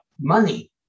money